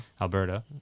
Alberta